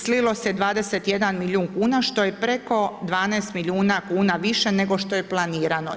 Slilo se 21% milijun kuna što je preko 12 milijuna kuna više nego što je planirano.